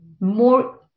more